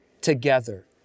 together